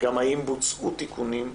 בקרה גם האם בוצעו תיקונים.